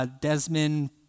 Desmond